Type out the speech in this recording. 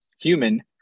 human